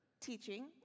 teaching